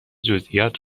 جزئیات